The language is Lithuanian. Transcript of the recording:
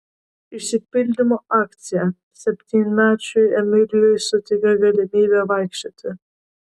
išsipildymo akcija septynmečiui emiliui suteikė galimybę vaikščioti